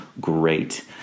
great